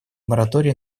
моратория